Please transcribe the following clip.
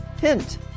Hint